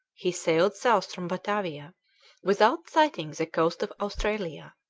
he sailed south from batavia without sighting the coast of australia.